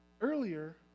earlier